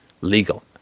legal